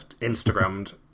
Instagrammed